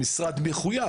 המשרד מחויב,